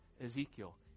Ezekiel